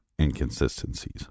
inconsistencies